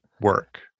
work